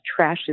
trashes